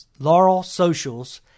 laurelsocials